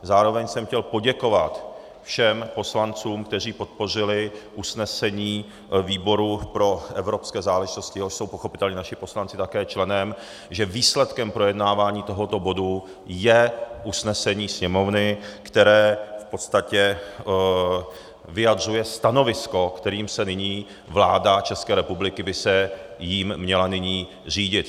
Zároveň jsem chtěl poděkovat všem poslancům, kteří podpořili usnesení výboru pro evropské záležitosti, jehož jsou pochopitelně naši poslanci také členem, že výsledkem projednávání tohoto bodu je usnesení Sněmovny, které v podstatě vyjadřuje stanovisko, kterým by se nyní vláda České republiky měla řídit.